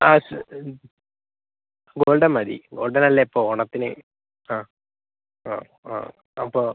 ആ ശരി ഗോൾഡൺ മതി ഗോൾഡൺ അല്ലെ എപ്പോം ഓണത്തിന് അ അ അ അപ്പോൾ